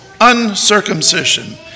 uncircumcision